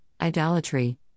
idolatry